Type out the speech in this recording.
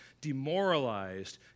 demoralized